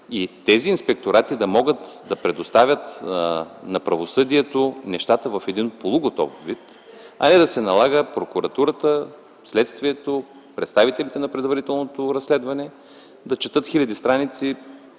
тема. Инспекторатите трябва да могат да предоставят на правосъдието нещата в полуготов вид, а не да се налага прокуратурата, следствието, представителите на предварителното разследване да четат хиляди страници